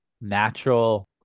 natural